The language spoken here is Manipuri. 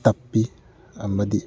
ꯇꯞꯄꯤ ꯑꯃꯗꯤ